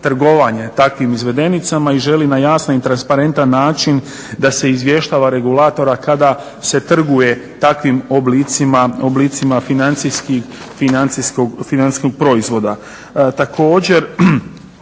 takvim izvedenicama i želi na jasan i transparentan način da se izvještava regulatora kada se trguje takvim oblicima financijskog proizvoda.